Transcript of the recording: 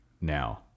now